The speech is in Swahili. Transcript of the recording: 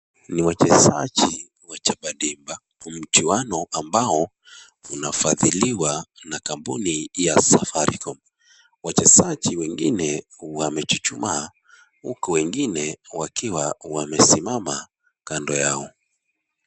Ni wachezaji wa Chapa Dimba. Kwa mchuano ambao unafadhiliwa na kampuni ya Safaricom. Wachezaji wengine wamechuchumaa huku wengine wakiwa wamesimama kando yao.